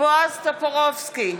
בועז טופורובסקי,